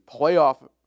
playoff